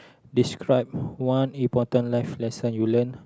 describe one important life lesson you learn